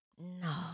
No